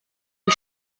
die